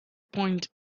point